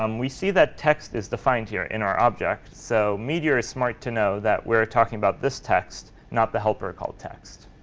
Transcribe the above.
um we see that text is defined here in our object. so meteor is smart to know that we're talking about this text, not the helper called text.